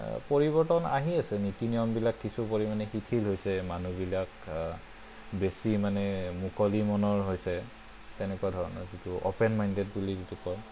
পৰিৱৰ্তন আহি আছে নীতি নিয়মবিলাক কিছু পৰিমাণে শিথিল হৈছে মানুহবিলাক বেছি মানে মুকলি মনৰ হৈছে তেনেকুৱা ধৰণৰ যিটো অপেন মাইণ্ডেত বুলি যিটো কয়